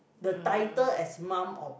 the title as mum or